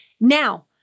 Now